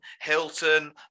Hilton